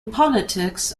politics